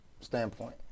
standpoint